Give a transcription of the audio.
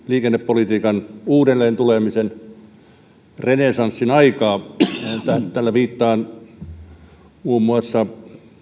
liikennepolitiikan uudelleentulemisen renessanssin aikaa tällä viittaan muun muassa